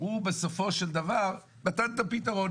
אם נפתח עכשיו את הקבוצה אני שולמן,